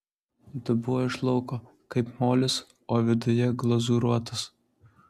dubuo iš lauko kaip molis o viduje glazūruotas